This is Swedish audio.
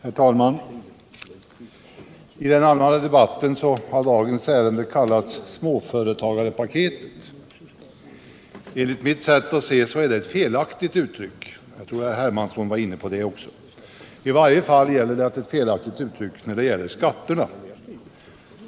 Herr talman! I den allmänna debatten har dagens ärende kallats ”småföretagarepaketet”. Enligt mitt sätt att se är detta ett felaktigt uttryck, jag tror herr Hermansson var inne på det också, i varje fall när det gäller skatterna.